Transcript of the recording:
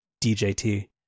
djt